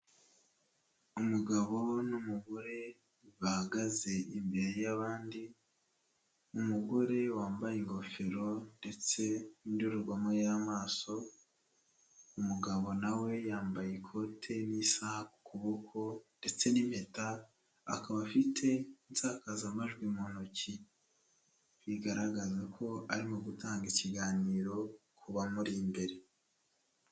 Umugabo n'umugore bahagaze imbere y'abandi, umugore wambaye ingofero ndetse n'indorerwamo y'amaso, umugabo nawe yambaye ikote n'isaha ku kuboko ndetse n'impeta, akaba afite insakazamajwi mu ntoki, bigaragaza ko arimo gutanga ikiganiro ku bamuri imbere.